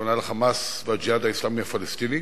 והכוונה היא ל"חמאס" ול"ג'יהאד האסלאמי" הפלסטיני,